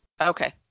Okay